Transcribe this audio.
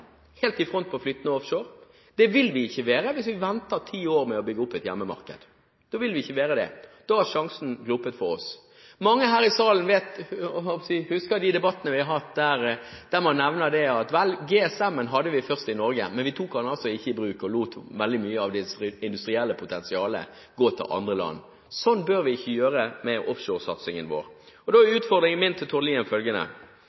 Det vil vi ikke være hvis vi venter ti år med å bygge opp et hjemmemarked. Da er sjansen glippet for oss. Mange her i salen husker de debattene vi har hatt der man nevner at GSM hadde vi først i Norge, men vi tok det ikke i bruk og lot veldig mye av det industrielle potensialet gå til andre land. Det samme bør vi ikke gjøre med offshoresatsingen vår. Utfordringen min til Tord Lien er følgende: